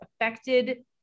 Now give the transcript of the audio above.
affected